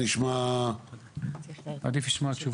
אני פותח את ישיבת ועדת הפנים והגנת הסביבה.